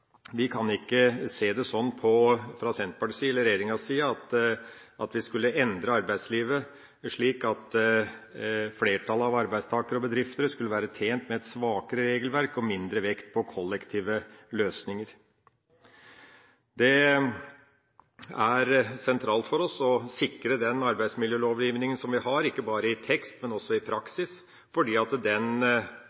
Vi kan ikke se det sånn fra Senterpartiets side eller regjeringas side, at vi skulle endre arbeidslivet slik at flertallet av arbeidstakere og bedrifter skulle være tjent med et svakere regelverk og mindre vekt på kollektive løsninger. Det er sentralt for oss å sikre den arbeidsmiljølovgivningen vi har, ikke bare i tekst, men også i